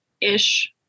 Ish